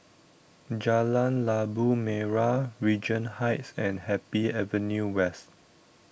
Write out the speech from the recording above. Jalan Labu Merah Regent Heights and Happy Avenue West